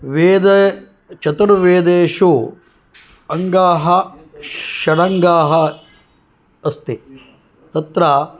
वेद चतुर्वेदेषु अङ्गाः षडङ्गाः अस्ति तत्र